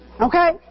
okay